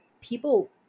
people